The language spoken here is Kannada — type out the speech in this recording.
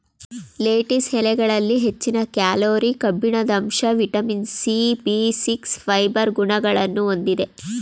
ಲೇಟಿಸ್ ಎಲೆಗಳಲ್ಲಿ ಹೆಚ್ಚಿನ ಕ್ಯಾಲೋರಿ, ಕಬ್ಬಿಣದಂಶ, vitamin C, B six, fibre ಗುಣಗಳನ್ನು ಹೊಂದಿದೆ